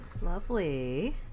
Lovely